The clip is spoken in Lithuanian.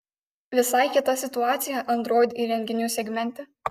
visai kita situacija android įrenginių segmente